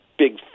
Big